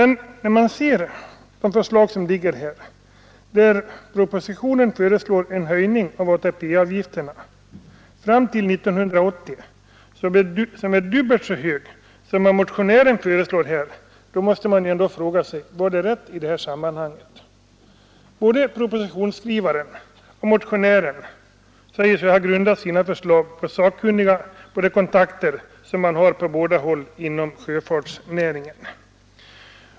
När det här i propositionen föreslås en höjning av ATP-avgifterna fram till 1980 vilken är dubbelt så hög som den höjning som föreslås i motionen, måste man ändå fråga sig vad som är rätt i sammanhanget. Både propositionsskrivaren och motionären säger sig ha grundat sina förslag på sakkunnigas uppfattning och på kontakter som man på båda hållen har inom sjöfartsnäringen.